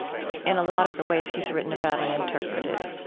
in a lot of the ways he's written about and interpreted.